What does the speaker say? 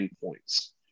points